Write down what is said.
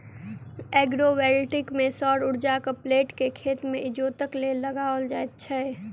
agrovoltaic मे सौर उर्जाक प्लेट के खेत मे इजोतक लेल लगाओल जाइत छै